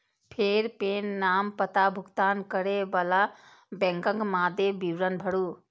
फेर पेन, नाम, पता, भुगतान करै बला बैंकक मादे विवरण भरू